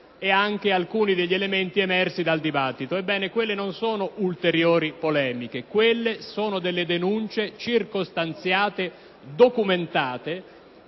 e anche alcuni elementi emersi dal dibattito. Ebbene, quelle non sono ulteriori polemiche: quelle sono denunce circostanziate, documentate,